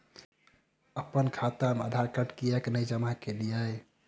अप्पन खाता मे आधारकार्ड कियाक नै जमा केलियै?